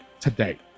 today